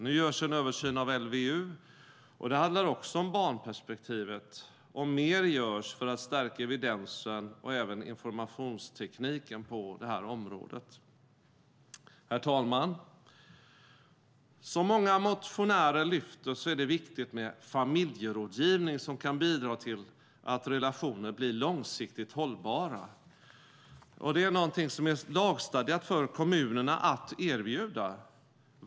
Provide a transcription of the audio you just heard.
Nu görs en översyn av LVU, och det handlar också om barnperspektivet. Mer görs också för att stärka evidensen och även informationstekniken på området. Herr talman! Som många motionärer lyfter fram är det viktigt med familjerådgivning, som kan bidra till att relationer blir långsiktigt hållbara. Det är något som är lagstadgat för kommunerna att erbjuda.